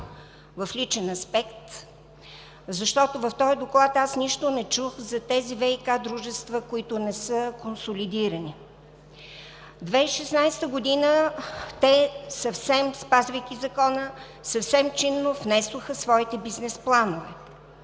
в личен аспект, защото в този доклад нищо не чух за тези ВиК дружества, които не са консолидирани. През 2016 г. те, спазвайки закона, съвсем чинно внесоха своите бизнес планове